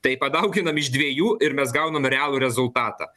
tai padauginam iš dviejų ir mes gaunam realų rezultatą